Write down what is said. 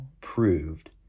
proved